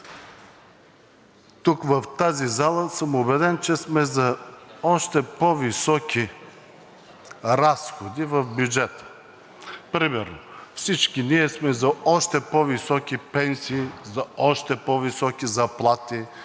тук, в тази зала, съм убеден, че сме за още по-високи разходи в бюджета. Примерно, всички ние сме за още по-високи пенсии, за още по-високи заплати,